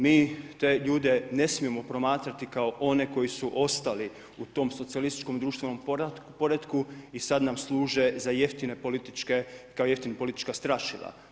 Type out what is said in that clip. Mi te ljude ne smijemo promatrati kao one koji su ostali u tom socijalističkom društvenom poretku i sada nam služe za jeftine političke kao jeftina politička strašila.